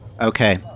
Okay